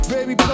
Baby